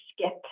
skip